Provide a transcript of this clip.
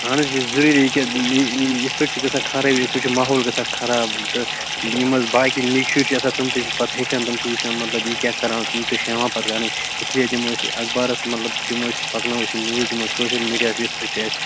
اَہن حَظ یہ چھُ ضروٗری کہِ مےٚ یتھٕ پٲٹھۍ چھِ گژھان خرٲبی سُہ چھُ ماحول گژھان خراب تہٕ یِم حَظ باقٕے نَکۍ شُرۍ چھِ آسان تِم تہِ چھِ پتہٕ ہیٚچھان تِم چھِ وُچھان مطلب یہِ کیٛاہ چھِ کَران تِم چھِ ہٮ۪وان پتہٕ کران اِس لیے دِمہو أسۍ یہِ اخبارس مطلب دَمو أسۍ پکناوو أسۍ یہِ نِیوز دِمو سوشل میٖڈیاہس یتھٕ پٲٹھۍ چھِ اَسہِ